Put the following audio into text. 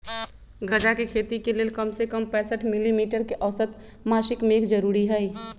गजा के खेती के लेल कम से कम पैंसठ मिली मीटर के औसत मासिक मेघ जरूरी हई